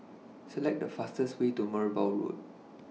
Select The fastest Way to Merbau Road